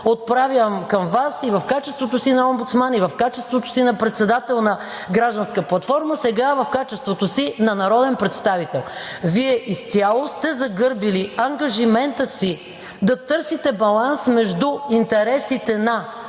отправям към Вас и в качеството си на омбудсман, и в качеството си на председател на гражданска платформа, сега в качеството си на народен представител. Вие изцяло сте загърбили ангажимента си да търсите баланс между интересите на